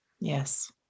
Yes